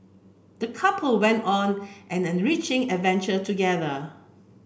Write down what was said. the couple went on an enriching adventure together